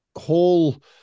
whole